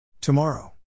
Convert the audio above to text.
Tomorrow